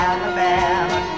Alabama